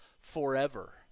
forever